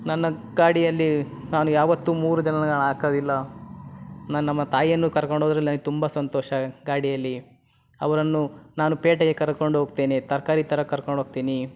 ನನ್ನ ಗಾಡಿಯಲ್ಲಿ ನಾನು ಯಾವತ್ತೂ ಮೂರು ಜನಗಳನ್ನ ಹಾಕೋದಿಲ್ಲ ನಾನು ನಮ್ಮ ತಾಯಿಯನ್ನು ಕರ್ಕೊಂಡು ಹೋದರೆ ನನಗ್ ತುಂಬ ಸಂತೋಷ ಗಾಡಿಯಲ್ಲಿ ಅವರನ್ನು ನಾನು ಪೇಟೆಗೆ ಕರ್ಕೊಂಡು ಹೋಗ್ತೇನೆ ತರಕಾರಿ ತರಕ್ಕೆ ಕರ್ಕೊಂಡು ಹೋಗ್ತೀನಿ